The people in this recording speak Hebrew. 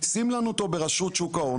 שים לנו אותו ברשות שוק ההון,